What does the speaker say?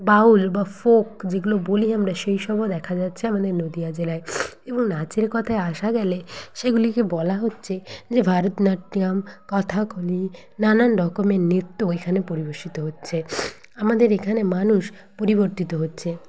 বাউল বা ফোক যেগুলো বলি আমরা সেই সবও দেখা যাচ্ছে আমাদের নদীয়া জেলায় এবং নাচের কথায় আসা গেলে সেগুলিকে বলা হচ্ছে যে ভারত নাট্যিয়াম কথাকলি নানান রকমের নৃত্য এখানে পরিবেশিত হচ্ছে আমাদের এখানে মানুষ পরিবর্তিত হচ্ছে